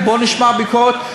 בואו נשמע ביקורת.